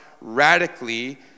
radically